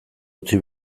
utzi